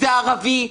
"זה ערבי".